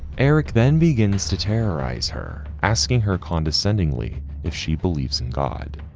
eric then begins to terrorize her asking her condescendingly if she believes in god.